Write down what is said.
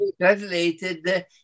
translated